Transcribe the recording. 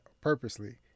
purposely